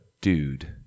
dude